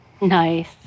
nice